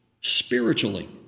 Spiritually